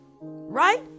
Right